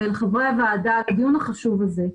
ולחברי הוועדה על קיום הדיון החשוב הזה.